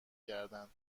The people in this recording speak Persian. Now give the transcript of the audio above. کردند